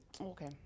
Okay